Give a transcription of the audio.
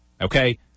Okay